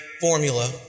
formula